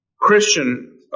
Christian